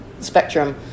spectrum